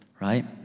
Right